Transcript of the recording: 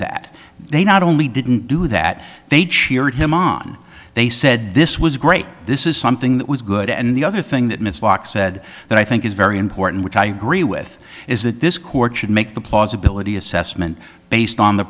that they not only didn't do that they cheered him on they said this was great this is something that was good and the other thing that mrs locke said that i think is very important which i agree with is that this court should make the plausibility assessment based on the